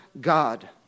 God